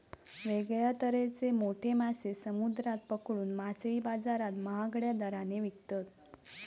वेगळ्या तरेचे मोठे मासे समुद्रात पकडून मासळी बाजारात महागड्या दराने विकतत